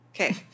Okay